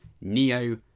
neo